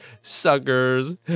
suckers